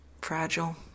fragile